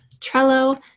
Trello